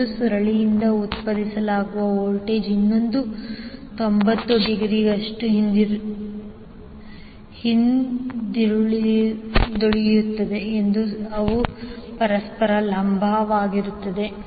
1 ಸುರುಳಿಯಿಂದ ಉತ್ಪತ್ತಿಯಾಗುವ ವೋಲ್ಟೇಜ್ ಇನ್ನೊಂದನ್ನು 90 ಡಿಗ್ರಿಗಳಷ್ಟು ಹಿಂದುಳಿಯುತ್ತದೆ ಎಂದು ಅವು ಪರಸ್ಪರ ಲಂಬವಾಗಿರುತ್ತದೆ